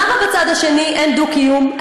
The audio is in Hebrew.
למה בצד השני אין דו-קיום?